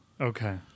Okay